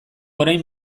orain